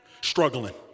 struggling